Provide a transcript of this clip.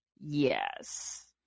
yes